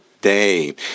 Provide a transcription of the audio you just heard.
day